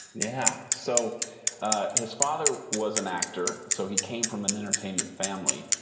yeah. so ah his father was an actor, so he came from an entertainment family.